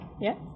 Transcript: Yes